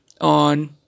On